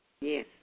Yes